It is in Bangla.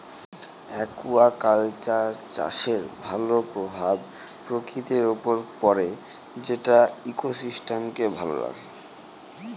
একুয়াকালচার চাষের ভালো প্রভাব প্রকৃতির উপর পড়ে যেটা ইকোসিস্টেমকে ভালো রাখে